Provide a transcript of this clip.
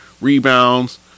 rebounds